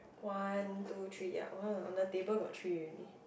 one two three ya !wow! on the table got three already